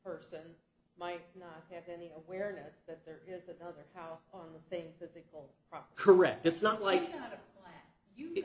person might not have any awareness that there is that other house on the thing that they are correct it's not like you